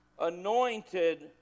anointed